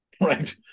right